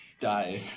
Die